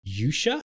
Yusha